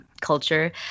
culture